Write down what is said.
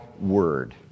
word